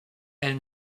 elle